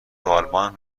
آلمان